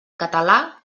català